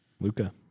Luca